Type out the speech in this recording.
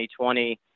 2020